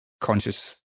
conscious